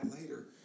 later